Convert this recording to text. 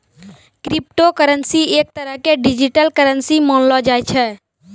crypto currency एक तरह के डिजिटल करन्सी मानलो जाय छै